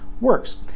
works